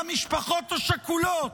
למשפחות השכולות,